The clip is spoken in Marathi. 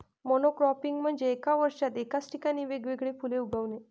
मोनोक्रॉपिंग म्हणजे एका वर्षात एकाच ठिकाणी वेगवेगळी फुले उगवणे